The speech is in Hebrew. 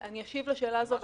אני אשיב לשאלה הזאת,